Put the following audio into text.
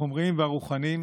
החומריים והרוחניים